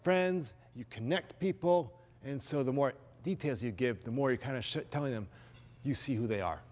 friends you connect people and so the more details you give the more you kind of telling them you see who they are